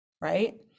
right